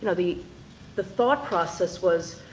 and the the thought process was,